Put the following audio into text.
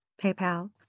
PayPal